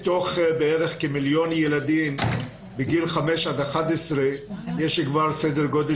מתוך כמיליון ילדים בגיל 5 עד 11 יש כבר סדר גודל